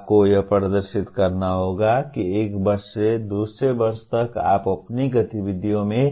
आपको यह प्रदर्शित करना होगा कि एक वर्ष से दूसरे वर्ष तक आप अपनी गतिविधियों में